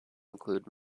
include